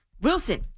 wilson